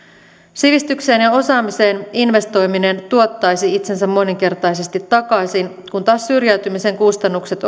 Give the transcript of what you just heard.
sivistykseen ja osaamiseen investoiminen tuottaisi itsensä moninkertaisesti takaisin kun taas syrjäytymisen kustannukset